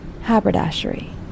Haberdashery